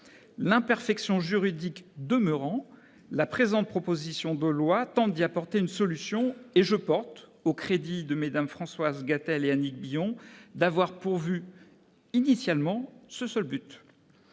L'imperfection juridique demeurant, la présente proposition de loi tente d'y apporter une solution, et je porte au crédit de Mmes Françoise Gatel et Annick Billon d'avoir poursuivi initialement ce seul but.